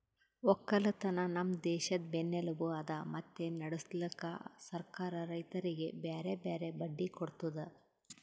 ಒಕ್ಕಲತನ ನಮ್ ದೇಶದ್ ಬೆನ್ನೆಲುಬು ಅದಾ ಮತ್ತೆ ನಡುಸ್ಲುಕ್ ಸರ್ಕಾರ ರೈತರಿಗಿ ಬ್ಯಾರೆ ಬ್ಯಾರೆ ಬಡ್ಡಿ ಕೊಡ್ತುದ್